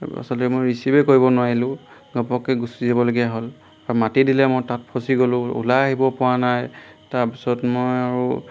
আৰু আচলতে মই ৰিচিভেই কৰিব নোৱাৰিলোঁ ঘপককৈ গুচি যাবলগীয়া হ'ল আৰু মাতি দিলে মই তাত ফচি গ'লো ওলাই আহিব পৰা নাই তাৰপিছত মই আৰু